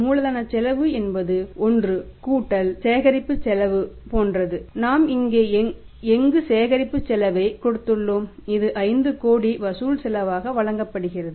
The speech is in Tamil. மூலதனச் செலவு என்பது ஒன்று கூட்டல் சேகரிப்பு செலவு போன்றது நாம் இங்கே எங்கு சேகரிப்புச் செலவைக் கொடுத்துள்ளோம் இது 5 கோடி வசூல் செலவாக வழங்கப்படுகிறது